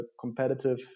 competitive